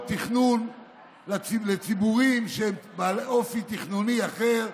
תכנון לציבורים בעלי אופי תכנוני אחר.